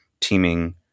teaming